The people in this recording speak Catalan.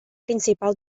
principal